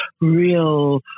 real